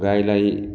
गाईलाई